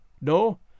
No